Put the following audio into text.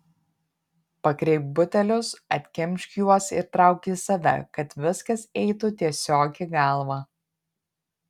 pakreipk butelius atkimšk juos ir trauk į save kad viskas eitų tiesiog į galvą